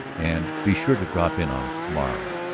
and be sure to drop in on us to-morrow.